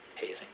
hazing